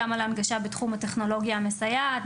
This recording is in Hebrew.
גם על הנגשה בתחום הטכנולוגיה המסייעת,